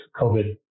COVID